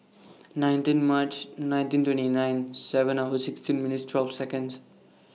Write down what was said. nineteen March nineteen twenty nine seven hours sixteen minutes twelve Seconds